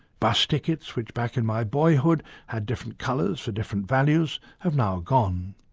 bus tickets, which back in my boyhood had different colours for different values, have now gone.